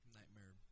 Nightmare